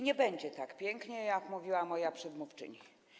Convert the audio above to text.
Nie będzie tak pięknie, jak mówiła moja przedmówczyni.